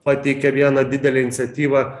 pateikė vieną didelę iniciatyvą